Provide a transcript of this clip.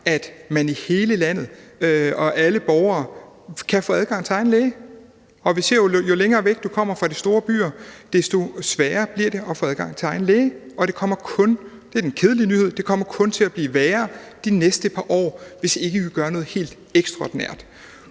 at alle borgere i hele landet kan få adgang til egen læge. Vi ser jo, at jo længere væk, du kommer fra de store byer, desto sværere bliver det at få adgang til egen læge. Og – det er den kedelige nyhed – det kommer kun til at blive værre de næste par år, hvis ikke vi gør noget helt ekstraordinært.